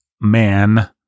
man